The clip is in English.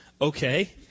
Okay